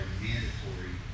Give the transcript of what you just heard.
mandatory